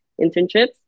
internships